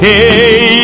Hey